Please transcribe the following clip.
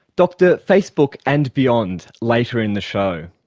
dr facebook and beyond, later in the show.